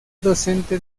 docente